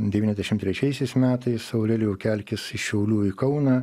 devyniasdešim trečiaisiais metais aurelijau kelkis iš šiaulių į kauną